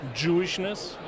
Jewishness